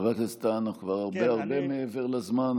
חבר הכנסת טאהא, אנחנו כבר הרבה הרבה מעבר לזמן.